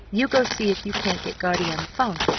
you go see if you can't get guardy on the phone.